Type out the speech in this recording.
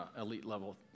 elite-level